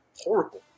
horrible